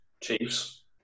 Chiefs